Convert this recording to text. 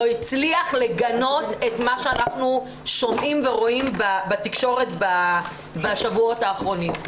לא הצליח לגנות את מה שאנחנו שומעים ורואים בתקשורת בשבועות האחרונים.